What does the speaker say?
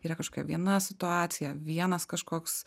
yra kažkokia viena situacija vienas kažkoks